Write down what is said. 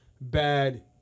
bad